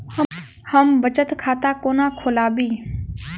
हम बचत खाता कोना खोलाबी?